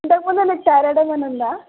ఇంతక ముందు మీకు థైరాయిడ్ ఏమన్న ఉందా